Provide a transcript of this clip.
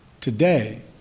Today